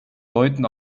deuten